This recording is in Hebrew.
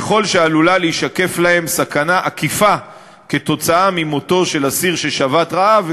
ככל שעלולה להישקף להם סכנה עקיפה כתוצאה ממותו של אסיר ששבת רעב.